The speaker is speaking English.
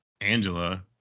Angela